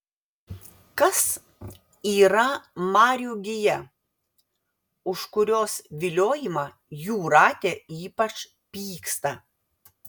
kas yra marių gija už kurios viliojimą jūratė ypač pyksta